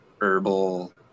Herbal